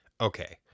Okay